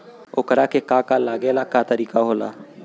ओकरा के का का लागे ला का तरीका होला?